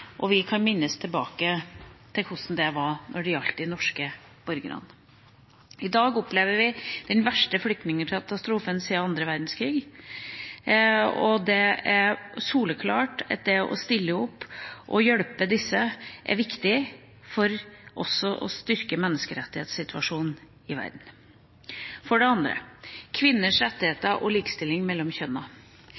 og vi kan minnes hvordan det var da det gjaldt de norske borgerne. I dag opplever vi den verste flyktningkatastrofen siden annen verdenskrig. Det er soleklart at det å stille opp og hjelpe disse flyktningene er viktig også for å styrke menneskerettighetssituasjonen i verden. For det andre handler det om kvinners rettigheter og likestilling mellom